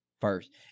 first